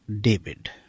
David